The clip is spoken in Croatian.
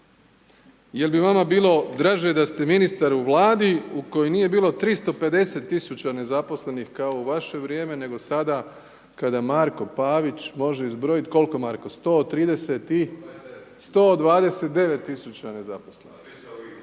Je li bi vama bilo draže da ste ministar u Vladi u kojoj nije bilo 350 tisuća nezaposlenih kao u vaše vrijeme nego sada kada Marko Pavić može izbrojati, koliko Marko? …/Upadica Pavić,